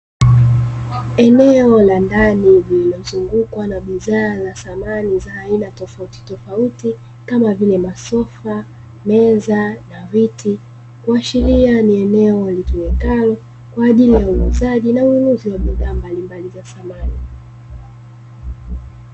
Eneo la ndani lililozungukwa na bidhaa za samani za aina tofautitofauti, kama vile; masofa, meza na viti kuashiria ni eneo litumikalo kwa ajili ya uuzaji na ununuzi wa bidhaa mbalimbali za samani.